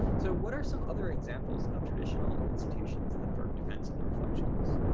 so what are some other examples of traditional institutions that burke defense in their reflections.